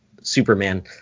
Superman –